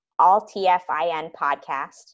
alltfinpodcast